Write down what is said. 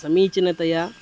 समीचीनतया